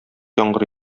яңгыр